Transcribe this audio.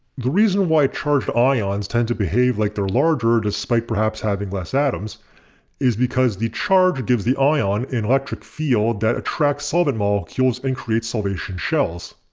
the reason why charged ions tend to behave like they're larger despite perhaps having less atoms is because the charge gives the ion an electric field that attracts solvent molecules and creates solvation shells.